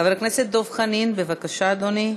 חבר הכנסת דב חנין, בבקשה, אדוני,